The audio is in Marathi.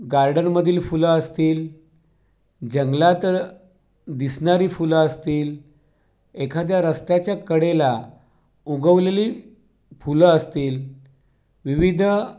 गार्डनमधील फुलं असतील जंगलात दिसणारी फुलं असतील एखाद्या रस्त्याच्या कडेला उगवलेली फुलं असतील विविध